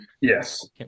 Yes